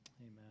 Amen